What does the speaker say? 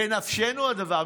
בנפשנו הדבר.